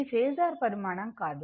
ఇది ఫేసర్ పరిమాణం కాదు